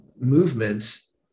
movements